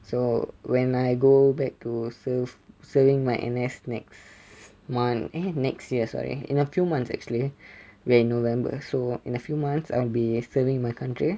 so when I go back to serve serving my N_S next month uh next year sorry in a few months actually we're in november so in a few months I'll be serving my country